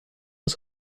las